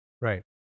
Right